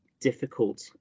difficult